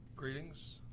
greetings,